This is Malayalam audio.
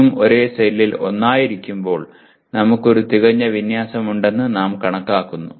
മൂന്നും ഒരേ സെല്ലിൽ ഒന്നായിരിക്കുമ്പോൾ നമുക്ക് ഒരു തികഞ്ഞ വിന്യാസം ഉണ്ടെന്ന് നാം കണക്കാക്കുന്നു